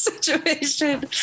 situation